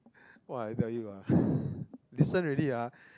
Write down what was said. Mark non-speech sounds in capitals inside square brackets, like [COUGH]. !woah! I tell you ah [LAUGHS] listen already ah